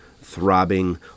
throbbing